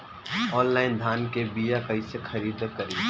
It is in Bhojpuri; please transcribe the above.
आनलाइन धान के बीया कइसे खरीद करी?